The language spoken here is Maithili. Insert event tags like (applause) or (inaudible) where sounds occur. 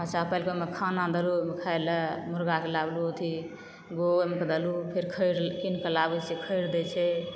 बच्चा पालि कऽ ओहिमे खाना देलहुॅं खाय लए मुर्गाके लाबलू अथी (unintelligible) फेर खैरि कीन कऽ लाबै छियै खैरि दै छै